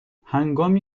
هنگامی